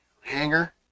hanger